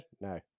No